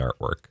artwork